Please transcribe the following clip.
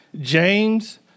James